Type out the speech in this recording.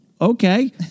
okay